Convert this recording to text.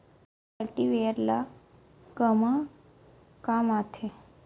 Crop cultivator ला कमा काम आथे?